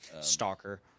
stalker